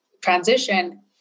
transition